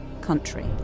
country